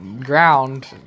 ground